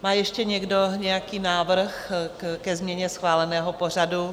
Má ještě někdo nějaký návrh ke změně schváleného pořadu?